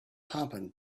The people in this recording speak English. happened